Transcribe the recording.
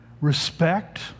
respect